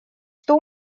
что